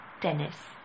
Dennis